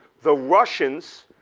the russians,